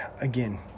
again